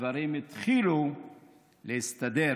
הדברים התחילו להסתדר,